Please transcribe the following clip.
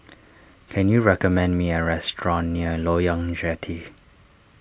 can you recommend me a restaurant near Loyang Jetty